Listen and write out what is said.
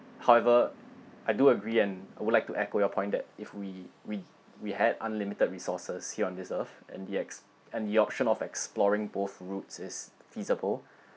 however I do agree and I would like to echo your point that if we we we had unlimited resources here on this earth and the ex~ and the option of exploring both routes is feasible